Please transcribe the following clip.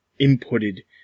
inputted